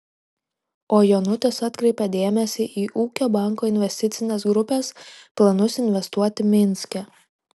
o jonutis atkreipia dėmesį į ūkio banko investicinės grupės planus investuoti minske